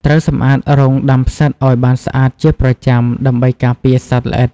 ត្រូវសម្អាតរោងដាំផ្សិតឲ្យបានស្អាតជាប្រចាំ ដើម្បីការពារសត្វល្អិត។